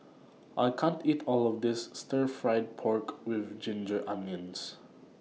I can't eat All of This Stir Fried Pork with Ginger Onions